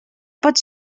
pot